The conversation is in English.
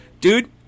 Dude